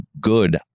good